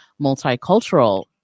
multicultural